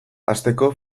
hasteko